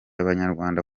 n’abanyarwanda